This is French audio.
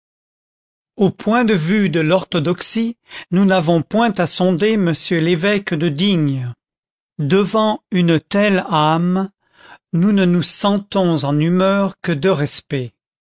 au point de vue de l'orthodoxie nous n'avons point à sonder m l'évêque de digne devant une telle âme nous ne nous sentons en humeur que de respect